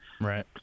Right